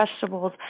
vegetables